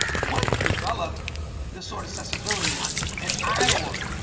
what developed this sort of sensibility in iowa?